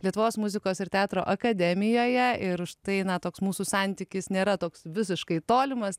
lietuvos muzikos ir teatro akademijoje ir štai toks mūsų santykis nėra toks visiškai tolimas